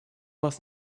was